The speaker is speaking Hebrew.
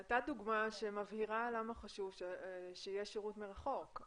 זו הייתה דוגמה שמבהירה למה חשוב שיהיה שירות מרחוק.